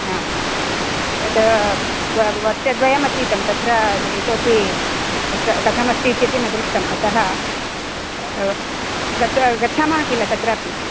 हा यत् वर्षद्वयमतीतं तत्र इतोऽपि कथम् अस्तीति न दृष्टम् अतः गच्छामः किल तत्रापि